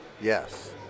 Yes